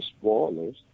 spoilers